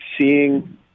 seeing